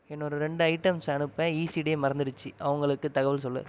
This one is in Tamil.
என்னோட ரெண்டு ஐட்டம்ஸை அனுப்ப ஈஸி டே மறந்துடுச்சு அவங்களுக்குத் தகவல் சொல்